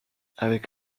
avec